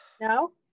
No